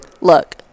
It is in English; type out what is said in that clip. look